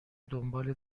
دنبال